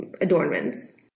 adornments